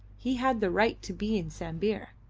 he had the right to be in sambir.